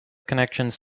connections